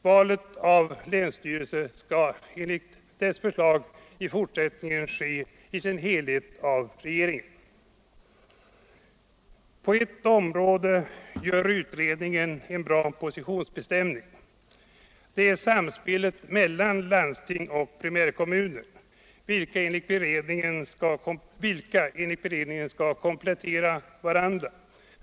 Valet av länsstyrelserna skall, enligt det förslaget, i fortsättningen i sin helhet göras av regeringen. På ett område gör utredningen en bra positionsbestämning — nämligen när det gäller samspelet mellan landsting och primärkommuner, vilka enligt utredningen skall komplettera varandra.